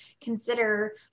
consider